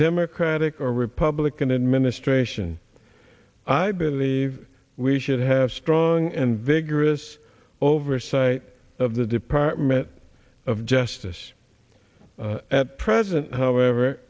democratic or republican administration i believe we should have strong and vigorous oversight of the department of justice at present however